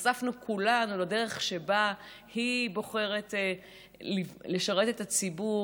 נחשפנו כולנו לדרך שבה היא בוחרת לשרת את הציבור,